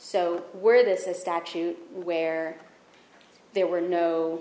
so where this is a statute where there were no